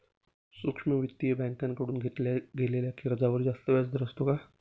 सूक्ष्म वित्तीय बँकेकडून घेतलेल्या कर्जावर जास्त व्याजदर असतो का?